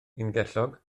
ungellog